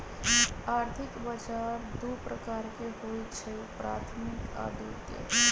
आर्थिक बजार दू प्रकार के होइ छइ प्राथमिक आऽ द्वितीयक